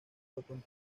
otón